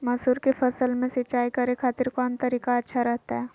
मसूर के फसल में सिंचाई करे खातिर कौन तरीका अच्छा रहतय?